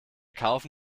kaufen